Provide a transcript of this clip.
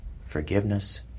forgiveness